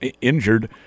injured